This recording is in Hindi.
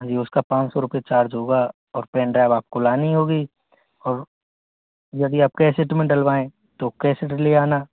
जी उसका पाँच सौ रुपये चार्ज होगा और पेन ड्राइव आपको लानी होगी और यदि आप कैसेट में डलवाएं तो कैसीट भी ले आना